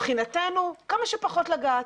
מבחינתנו כמה שפחות לגעת.